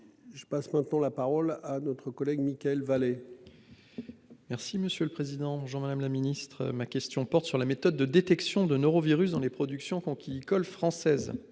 Je passe maintenant la parole à notre collègue Mickael Vallet. Merci, monsieur le Président, bonjour madame la ministre ma question porte sur la méthode de détection de norovirus dans les productions qui colle française.